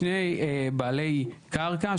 שני בעלי קרקע,